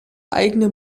eigene